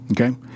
Okay